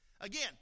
Again